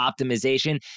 Optimization